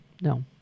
No